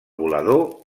volador